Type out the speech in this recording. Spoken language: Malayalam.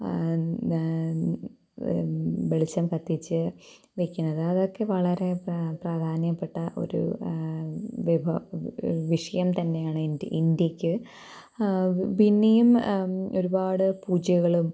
വെളിച്ചം കത്തിച്ച് വെക്കുന്നത് അതൊക്കെ വളരെ പ്രാ പ്രാധാന്യപ്പെട്ട ഒരു വിഭവ വിഷയം തന്നെയാണ് ഇന്ത്യ ഇന്ത്യക്ക് പിന്നെയും ഒരുപാട് പൂജകളും